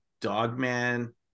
Dogman